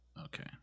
Okay